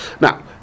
Now